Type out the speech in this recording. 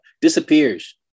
disappears